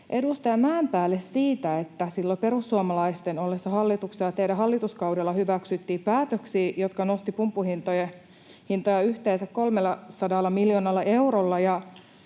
edustaja Mäenpäälle siitä, että silloin perussuomalaisten ollessa hallituksessa teidän hallituskaudellanne hyväksyttiin päätöksiä, jotka nostivat pumppuhintoja yhteensä 300 miljoonalla eurolla,